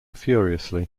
furiously